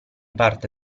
parte